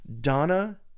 Donna